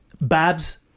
Babs